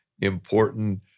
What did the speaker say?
important